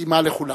שמתאימה לכולם.